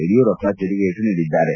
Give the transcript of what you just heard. ಯಡಿಯೂರಪ್ಪ ತಿರುಗೇಟು ನೀಡಿದ್ದಾರೆ